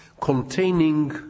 Containing